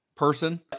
person